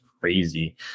crazy